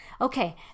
okay